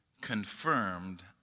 confirmed